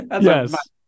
yes